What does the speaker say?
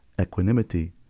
equanimity